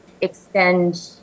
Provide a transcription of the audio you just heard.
extend